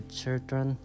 children